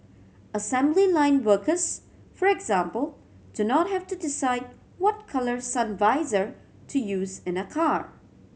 assembly line workers for example do not have to decide what colour sun visor to use in a car